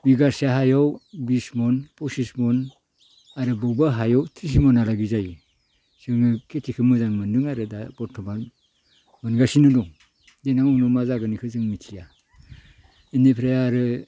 बिगासे हायाव बिस मन फसिस मन आरो बयबा हायाव थ्रिस मनालागै जायो जोङो खेथिखो मोजां मोन्दों आरो जों दा बर्थ'मान मोनगासिनो दं देनां उनाव मा जागोन इखो जों मिथिया इनिफ्राय आरो